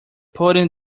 podium